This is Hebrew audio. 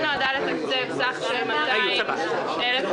אין תקציבים למענקי איזון -- -אתם מדברים אתי על משהו שיקרה.